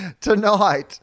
tonight